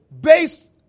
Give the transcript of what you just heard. Based